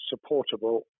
supportable